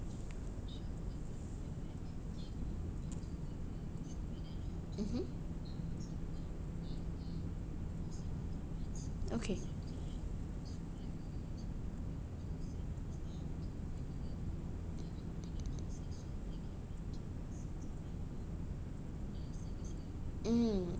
mmhmm okay mm